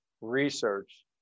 research